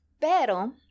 Pero